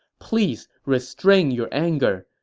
please restrain your anger.